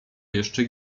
jeszcze